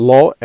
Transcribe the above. Law